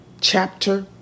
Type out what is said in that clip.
chapter